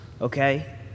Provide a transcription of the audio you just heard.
okay